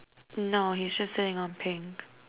no he's just sitting on pink